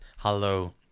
hello